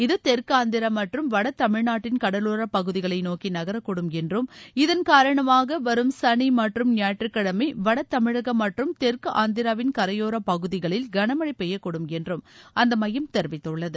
இது தெற்கு ஆந்திரா மற்றும் வட தமிழ்நாட்டின் கடவோர பகுதிகளை நோக்கி நகர கூடும் என்றும் இதன் காரணமாக வரும் சனி மற்றும் ஞயாயிற்றுக்கிழமை வட தமிழகம் மற்றும் தெற்கு ஆந்திராவின் கரையோர பகுதிகளில் கனமழை பெய்யக்கூடும் என்றும் அந்த மையம் தெரிவித்துள்ளது